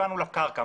לקרקע: